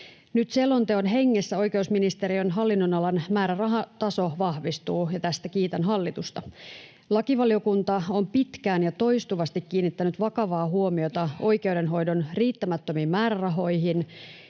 Nyt selonteon hengessä oikeusministeriön hallinnonalan määrärahataso vahvistuu, ja tästä kiitän hallitusta. Lakivaliokunta on pitkään ja toistuvasti kiinnittänyt vakavaa huomiota oikeudenhoidon riittämättömiin määrärahoihin